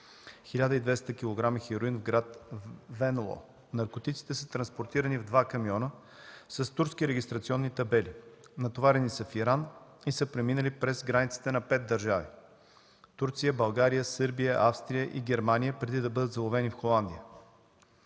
1200 кг хероин в град Венло. Наркотиците са транспортирани в два камиона с турски регистрационни табели. Натоварени са в Иран и са преминали през границата на пет държави – Турция, България, Сърбия, Австрия и Германия, преди да бъдат заловени в Холандия.